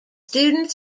student